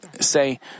say